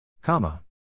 Comma